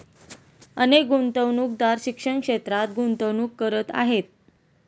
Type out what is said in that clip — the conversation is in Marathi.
अनेक गुंतवणूकदार शिक्षण क्षेत्रात गुंतवणूक करत आहेत